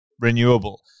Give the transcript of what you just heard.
renewable